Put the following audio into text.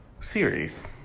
series